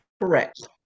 Correct